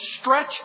stretch